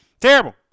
Terrible